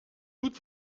goed